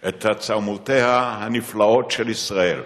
את תעצומותיה הנפלאות של ישראל,